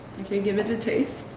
you can't give it a taste.